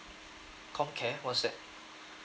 comcare what is that